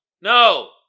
No